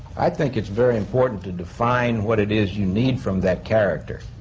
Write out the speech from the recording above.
i think it's very important to to find what it is you need from that character,